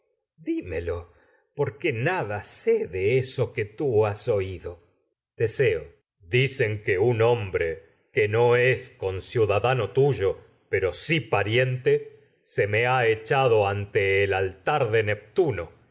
por que nada sé de eso que tú has oido dicen que un teseo hombre que me no es conciuda ante dano tuyo pero si pariente se ha echado el altar de neptuno